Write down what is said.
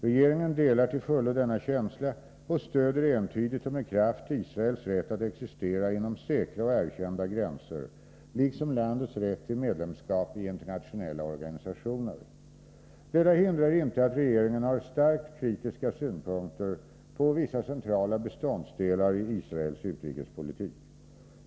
Regeringen delar till fullo denna känsla och stöder entydigt och med kraft Israels rätt att existera inom säkra och erkända gränser liksom landets rätt till medlemskap i internationella organisationer. Detta hindrar inte att regeringen har starkt kritiska synpunkter på vissa centrala beståndsdelar i Israels utrikespolitik.